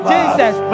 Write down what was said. Jesus